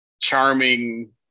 Charming